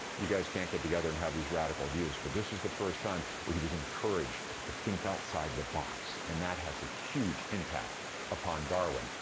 you guys can't get together and have these radical views. but this was the first time where he was encouraged to think outside the box, and that has a huge impact upon darwin.